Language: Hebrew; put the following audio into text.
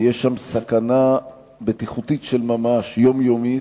יש שם סכנה בטיחותית של ממש, יומיומית.